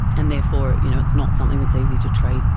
and therefore you know it's not something that is easy to treat.